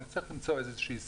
אני צריך למצוא איזושהי סיבה.